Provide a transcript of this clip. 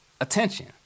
Attention